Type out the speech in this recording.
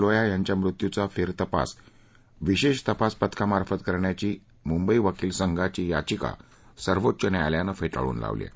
लोया यांच्या मृत्यूचा फेरतपास विशेष तपास पथकामार्फत करण्याची मुंबई वकील संघाची याचिका सर्वोच्च न्यायालयानं फेटाळून लावली आहे